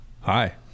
hi